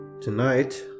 Tonight